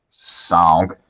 song